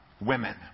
women